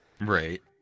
Right